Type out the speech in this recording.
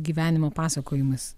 gyvenimo pasakojimas